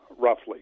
roughly